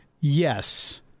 Yes